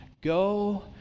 Go